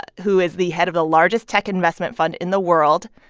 who is the head of the largest tech investment fund in the world,